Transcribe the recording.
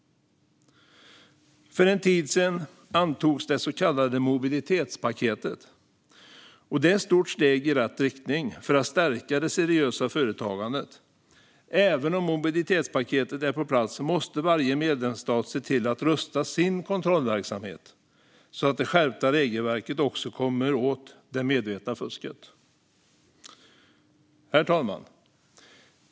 För en tid sedan antogs det så kallade mobilitetspaketet, och det är ett stort steg i rätt riktning för att stärka det seriösa företagandet. Även om mobilitetspaketet är på plats måste varje medlemsstat se till att rusta sin kontrollverksamhet så att det skärpta regelverket också kommer åt det medvetna fusket. Herr talman!